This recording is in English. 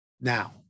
Now